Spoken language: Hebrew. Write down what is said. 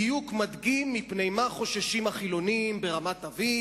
בדיוק מדגים מפני מה חוששים החילונים ברמת-אביב